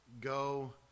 go